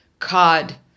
Cod